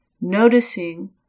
noticing